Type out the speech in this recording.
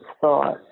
thought